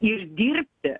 ir dirbti